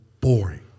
boring